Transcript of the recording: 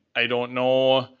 i don't know,